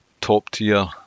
top-tier